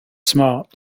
smart